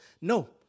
No